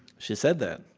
she said that.